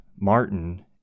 martin